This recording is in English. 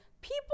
people